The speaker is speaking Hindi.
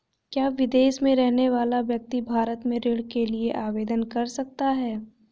क्या विदेश में रहने वाला व्यक्ति भारत में ऋण के लिए आवेदन कर सकता है?